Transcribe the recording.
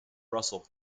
russell